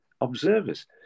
observers